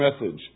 message